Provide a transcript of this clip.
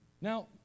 Now